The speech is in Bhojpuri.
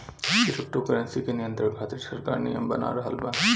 क्रिप्टो करेंसी के नियंत्रण खातिर सरकार नियम बना रहल बा